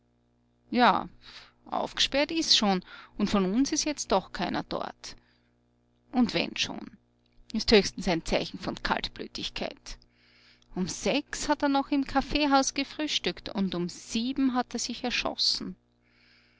ja aufgesperrt ist schon und von uns ist jetzt doch keiner dort und wenn schon ist höchstens ein zeichen von kaltblütigkeit um sechs hat er noch im kaffeehaus gefrühstückt und um sieben hat er sich erschossen